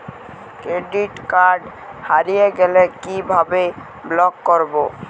Credit card হারিয়ে গেলে কি ভাবে ব্লক করবো?